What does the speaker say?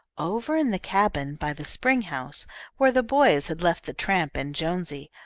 over in the cabin by the spring-house where the boys had left the tramp and jonesy,